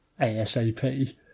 ASAP